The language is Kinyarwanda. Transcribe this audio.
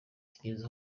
tugeze